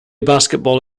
basketball